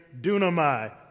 dunamai